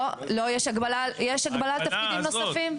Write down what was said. לא, יש הגבלה על תפקידים נוספים.